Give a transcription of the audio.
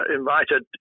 invited